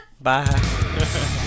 Bye